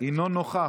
אינה נוכחת,